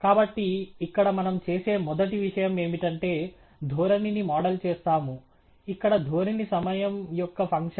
కాబట్టి ఇక్కడ మనం చేసే మొదటి విషయం ఏమిటంటే ధోరణిని మోడల్ చేస్తాము ఇక్కడ ధోరణి సమయం యొక్క ఫంక్షన్